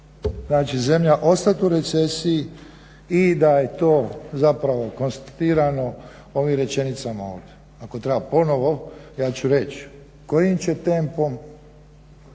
znači zemlja ostati u recesiji i da je to zapravo konstatirano ovim rečenicama ovdje. Ako treba ponovno ja ću reći, kojim će tempom